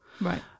Right